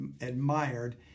admired